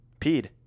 peed